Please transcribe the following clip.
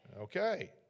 Okay